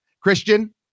Christian